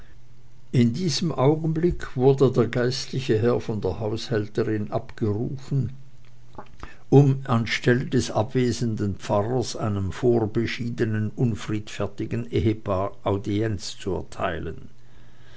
in diesem augenblick wurde der geistliche herr von der haushälterin abgerufen um an stelle des abwesenden pfarrers einem vorbeschiedenen unfriedfertigen ehepaar audienz zu erteilen